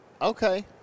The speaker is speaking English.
Okay